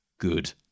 good